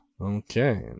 Okay